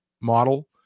model